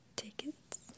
tickets